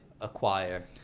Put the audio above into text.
acquire